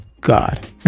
God